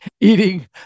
eating